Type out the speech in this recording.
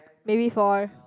maybe four